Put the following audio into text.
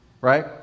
right